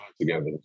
together